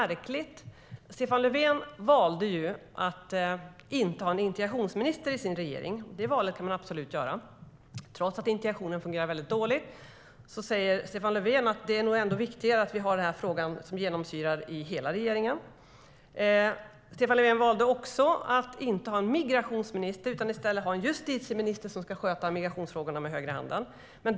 Stefan Löfven valde att inte ha en integrationsminister i sin regering, och det valet kan man naturligtvis göra. Trots att integrationen fungerar väldigt dåligt säger Stefan Löfven att det nog ändå är viktigare att frågan genomsyrar hela regeringen. Stefan Löfven valde också att inte ha en migrationsminister utan i stället en justitieminister som ska sköta migrationsfrågorna med vänster hand.